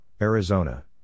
Arizona